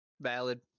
Valid